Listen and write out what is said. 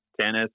tennis